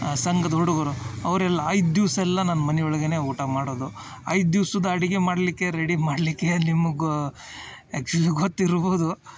ಸಂಘದ್ದು ಹುಡುಗರು ಅವರೆಲ್ಲ ಐದು ದಿವ್ಸೆಲ್ಲಾ ನನ್ನ ಮನೆ ಒಳಗೆನೇ ಊಟ ಮಾಡೋದು ಐದು ದಿವ್ಸದ ಅಡ್ಗೆ ಮಾಡಲ್ಲಿಕ್ಕೆ ರೆಡಿ ಮಾಡಲ್ಲಿಕ್ಕೆ ನಿಮಗೂ ಆ್ಯಕ್ಚುಲಿ ಗೊತ್ತಿರ್ಬೋದು